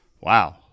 Wow